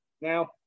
Now